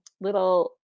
little